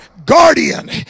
guardian